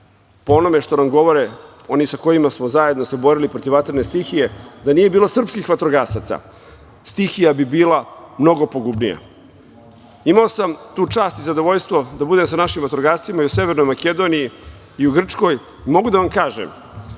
Po onome što nam govore oni sa kojima smo se zajedno borili protiv vatrene stihije, da nije bilo srpskih vatrogasaca, stihija bi bila mnogo pogubnija. Imao sam tu čast i zadovoljstvo da budem sa našim vatrogascima i u Severnoj Makedoniji i u Grčkoj i mogu da vam kažem